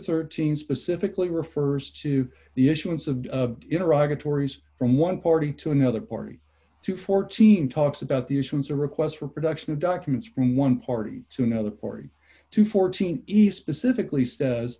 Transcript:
thirteen specifically refers to the issuance of interactive tori's from one party to another party to fourteen talks about the issues or requests for production of documents from one party to another party to fourteen east specifically says